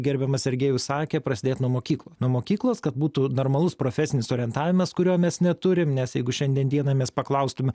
gerbiamas sergejus sakė prasidėti nuo mokyklų nuo mokyklos kad būtų normalus profesinis orientavimas kurio mes neturim nes jeigu šiandien dieną mes paklaustume